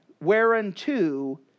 whereunto